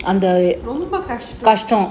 ரொம்ப கஷ்டம்:romba kashtam